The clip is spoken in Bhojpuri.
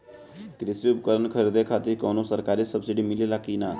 कृषी उपकरण खरीदे खातिर कउनो सरकारी सब्सीडी मिलेला की?